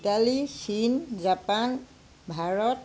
Italy চীন Japan Bharat